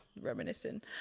reminiscing